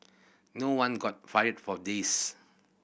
no one got fired for this